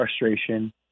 frustration